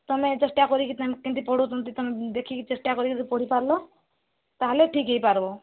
ତମେ ଚେଷ୍ଟା କରିକି ତମେ କେମିତି ପଢ଼ାଉଛନ୍ତି ତମେ ଦେଖିକି ଚେଷ୍ଟା କରିକି ଯଦି ପଢ଼ିପାରିଲ ତା'ହେଲେ ଠିକ୍ ହେଇପାରିବ